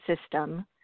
system